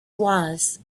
was